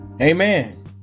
Amen